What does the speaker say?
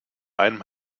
einem